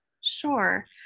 Sure